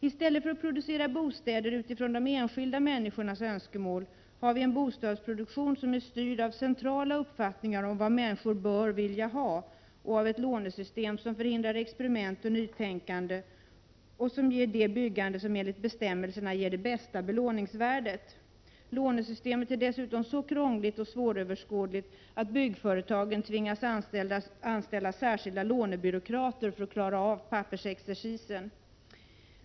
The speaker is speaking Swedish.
I stället för att producera bostäder utifrån de enskilda människornas önskemål har vi en bostadsproduktion som är styrd av centrala uppfattningar av vad människor bör vilja ha och av ett lånesystem som förhindrar experiment och nytänkande och som ger det byggande som enligt bestämmelserna ger det bästa belåningsvärdet. Lånesystemet är dessutom så krångligt och svåröverskådligt att byggföretagen tvingas anställa särskilda lånebyråkrater för att klara av pappersexercisen.